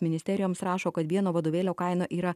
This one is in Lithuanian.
ministerijoms rašo kad vieno vadovėlio kaina yra